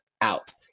out